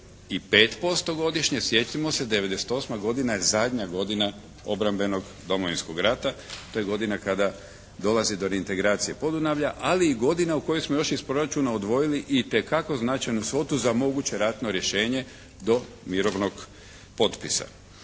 2,5% godišnje. Sjetimo se 98. godina je zadnja godina obrambenog Domovinskog rata, to je godina kada dolazi do reintegracije Podunavlja, ali i godina u kojoj smo još iz proračuna odvojili itekako značajnu svotu za moguće ratno rješenje do mirovnog potpisa.